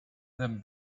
them